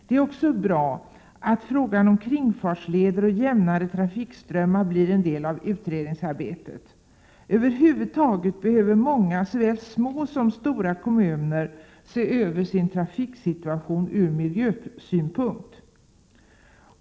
Det är också bra att frågan om kringfartsleder och jämnare trafikströmmar blir en del av utredningsarbetet. Över huvud taget behöver många såväl små som stora kommuner se över sin trafiksituation från miljösynpunkt.